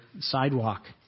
sidewalk